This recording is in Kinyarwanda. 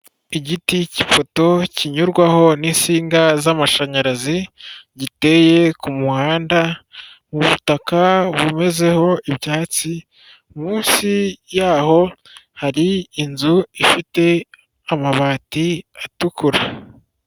Igiti cy'ipoto kinyurwaho n'insinga z'amashanyarazi giteye ku muhanda mu butaka bumezeho ibyatsi munsi yaho hari inzu ifite amabati atukura.